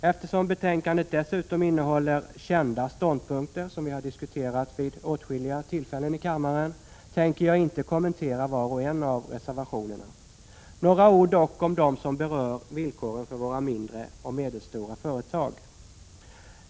Eftersom betänkandet dessutom innehåller kända ståndpunkter, som vi har diskuterat vid åtskilliga tillfällen i kammaren, tänker jag inte kommentera var och en av reservationerna. Några ord dock om dem som berör villkoren för våra mindre och medelstora företag.